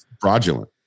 Fraudulent